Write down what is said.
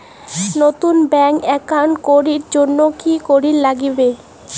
নতুন bank account করির জন্যে কি করিব নাগিবে?